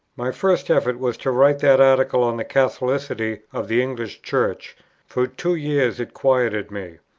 my first effort was to write that article on the catholicity of the english church for two years it quieted me.